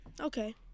Okay